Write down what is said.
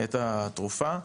את התרופה,